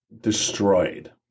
destroyed